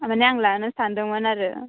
माने आं लानो सानदोंमोन आरो